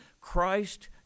Christ